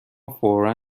فورا